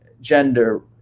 gender